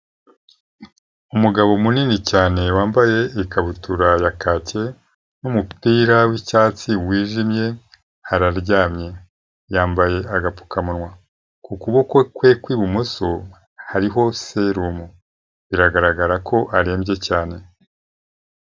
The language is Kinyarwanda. Umugabo munini cyane wambaye ikabutura ya kake n'umupira w'icyatsi wijimye araryamye, yambaye agapfukamunwa, ku kuboko kwe kw'ibumoso hariho serumu biragaragara ko arembye cyane.